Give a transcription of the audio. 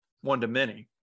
one-to-many